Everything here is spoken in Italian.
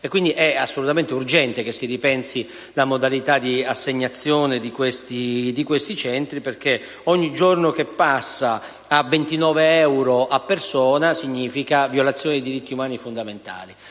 ripeto - è assolutamente urgente che si ripensi la modalità di assegnazione di questi centri, perché ogni giorno che passa a 29 euro a persona significa violazione dei diritti umani fondamentali.